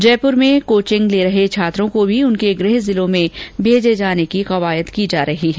जयपुर में कोचिंग ले रहे छात्रों को भी उनके गृह जिलों में भेजे जाने की कवायद की जा रही है